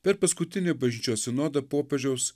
per paskutinį bažnyčios sinodą popiežiaus